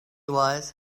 was